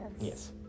Yes